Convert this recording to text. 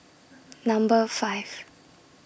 Number five